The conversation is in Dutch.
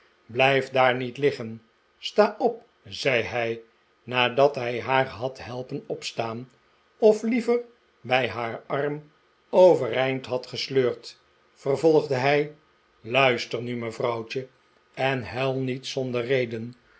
blijf daar niet liggen sta op zei hij nadat hij haar had helpen opstaan of liever bij haar arm overeind had gesleurd vervolgde hij r luister nu mevrouwtje en huil niet zonder reden